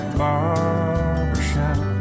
barbershop